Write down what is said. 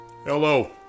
Hello